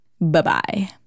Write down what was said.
bye-bye